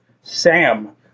Sam